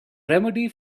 remedy